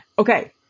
Okay